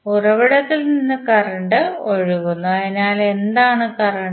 ഉറവിടത്തിൽ നിന്ന് കറന്റ് ഒഴുകുന്നു അതിനാൽ എന്താണ് കറന്റ്